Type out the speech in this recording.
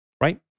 right